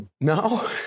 No